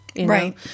Right